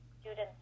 students